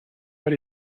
but